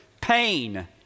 pain